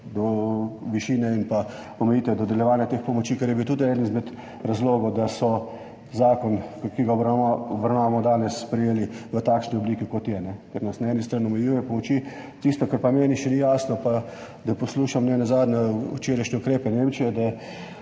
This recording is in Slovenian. so višina in omejitve dodeljevanja teh pomoči, kar je bil tudi eden izmed razlogov, da so zakon, ki ga obravnavamo danes, sprejeli v takšni obliki, kot je, ker nas na eni strani omejujejo glede pomoči. Tisto, kar meni še ni jasno, pa je, da poslušam nenazadnje včerajšnje ukrepe Nemčije,